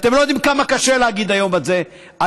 אתם לא יודעים כמה קשה היום להגיד את זה עלינו,